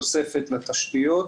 תוספת לתשתיות,